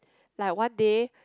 like one day